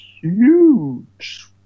huge